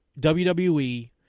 WWE